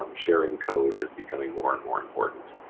um sharing code is becoming more and more important,